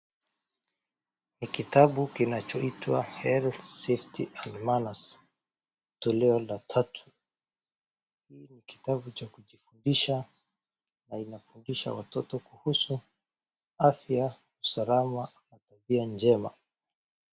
Ni kitabu kinachoitwa Health, Safety & Manners toleo la tatu. Hii ni kitabu cha kujifundisha na inafundisha watoto kuhusu afya, usalama na tabia njema.